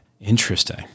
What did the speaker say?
Interesting